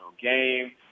game